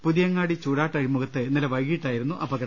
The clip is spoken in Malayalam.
പുതിയങ്ങാടി ചൂടാട്ട് അഴിമുഖത്ത് ഇന്നലെ വൈകീട്ടായിരുന്നു അപകടം